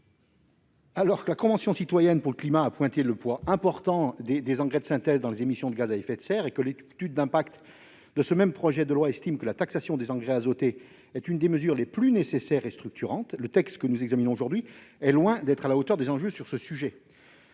Alors que la Convention citoyenne pour le climat a pointé le poids important des engrais de synthèse dans les émissions de gaz à effet de serre, alors que l'étude d'impact du présent projet de loi reconnaît la taxation des engrais azotés comme une des mesures les plus nécessaires et les plus structurantes en la matière, le texte que nous examinons aujourd'hui est loin d'être à la hauteur des enjeux. En effet,